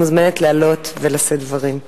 את מוזמנת לעלות ולשאת דברים.